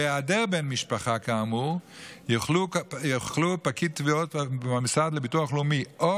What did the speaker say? בהיעדר בן משפחה כאמור יוכלו פקיד תביעות במוסד לביטוח לאומי או